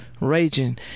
raging